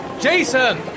Jason